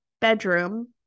bedroom